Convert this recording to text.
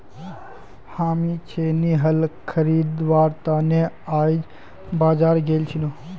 हामी छेनी हल खरीदवार त न आइज बाजार गेल छिनु